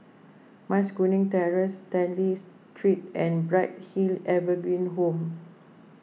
Mas Kuning Terrace Stanley Street and Bright Hill Evergreen Home